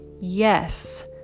Yes